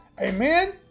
Amen